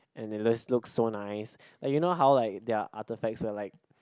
and it just looks so nice and you know how like there are artefacts will like